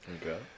Okay